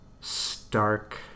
stark